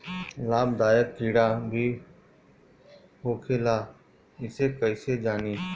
लाभदायक कीड़ा भी होखेला इसे कईसे जानी?